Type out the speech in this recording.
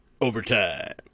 overtime